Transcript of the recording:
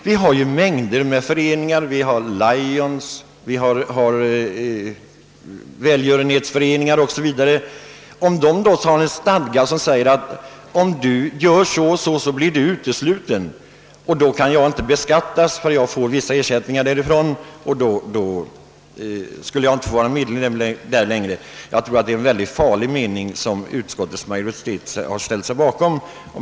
Vi har mängder av föreningar av olika slag. Om deras stadgar föreskriver att en medlem av en viss anledning skall uteslutas, så bör väl dessa förhållanden regleras genom lagstiftning. Jag anser alltså att det är en farlig väg som utskottet slagit in på.